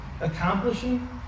accomplishing